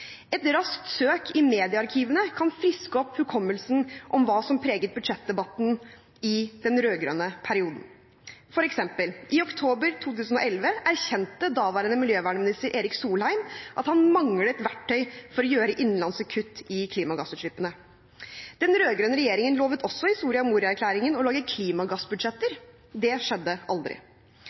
Et raskt søk i mediearkivene kan friske opp hukommelsen om hva som preget budsjettdebatten i den rød-grønne perioden. For eksempel erkjente daværende miljøvernminister Erik Solheim i oktober 2011 at han manglet verktøy for å gjøre innenlands kutt i klimagassutslippene. Den rød-grønne regjeringen lovet også i Soria Moria-erklæringen å lage klimagassbudsjetter – det skjedde aldri.